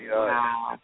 wow